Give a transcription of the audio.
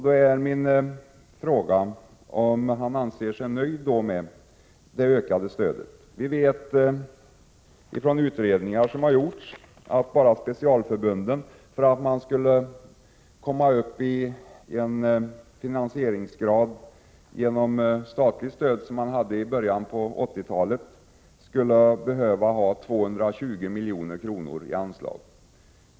Då är min fråga om han anser sig nöjd med det stödet. Vi vet från utredningar som har gjorts att enbart specialförbunden, för att komma upp i samma finansieringsgrad genom statligt stöd som de hade i början av 80-talet, skulle behöva ha 220 milj.kr. i anslag.